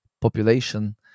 population